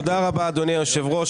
תודה רבה, אדוני היושב ראש.